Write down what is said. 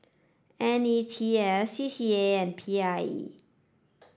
N E T S C C A and P I E